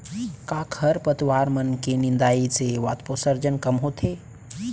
का खरपतवार मन के निंदाई से वाष्पोत्सर्जन कम होथे?